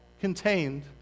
contained